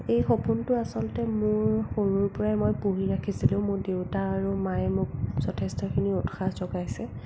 এই সপোনটো আচলতে মোৰ সৰুৰ পৰাই পুহি ৰাখিছিলোঁ মোৰ দেউতা আৰু মায়ে মোক যথেষ্টখিনি উৎসাহ যোগাইছে